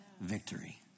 victory